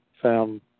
found